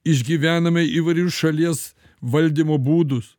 išgyvename įvairius šalies valdymo būdus